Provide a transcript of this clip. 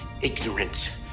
ignorant